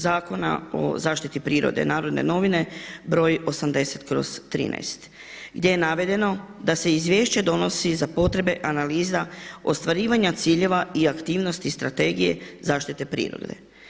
Zakona o zaštiti prirode, Narodne novine, br. 80/13 gdje je navedeno da se izvješće donosi za potrebe analiza ostvarivanja ciljeva i aktivnosti strategije zaštite prirode.